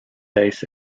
days